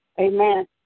Amen